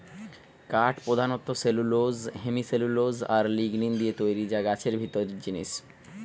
কাঠ পোধানত cellulose, hemicellulose আর লিগনিন দিয়ে তৈরি যা গাছের ভিতরের জিনিস